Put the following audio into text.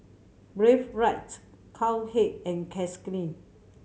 Breathe Right Cowhead and Cakenis